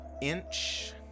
Inch